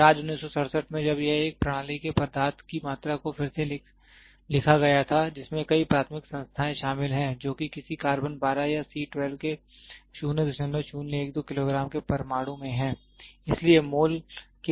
और आज 1967 में जब यह एक प्रणाली के पदार्थ की मात्रा को फिर से लिखा गया था जिसमें कई प्राथमिक संस्थाएं शामिल हैं जो कि किसी कार्बन 12 या C 12 के 0012 किलोग्राम के परमाणु में हैं इसलिए मोल के लिए यह वर्तमान परिभाषा है